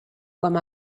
com